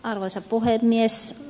arvoisa puhemies